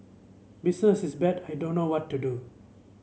business is bad I don't know what to do